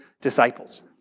disciples